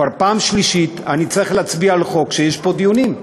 כבר פעם שלישית אני צריך להצביע על חוק כשיש פה דיונים,